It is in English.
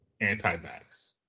anti-vax